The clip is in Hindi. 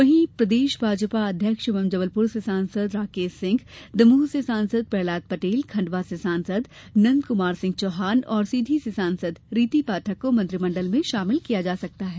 वहीं प्रदेश भाजपा अध्यक्ष एवं जबलपुर से सांसद राकेश सिंह दमोह से सांसद प्रहलाद पटेल खंडवा के सांसद नंद कुमार सिंह चौहान और सीधी से सांसद रिती पाठक को मंत्रिमंडल में शामिल किया जा सकता है